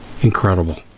Incredible